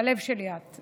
בלב שלי את.